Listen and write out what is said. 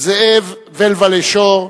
זאב ולוולה שור,